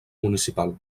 municipal